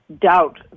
doubt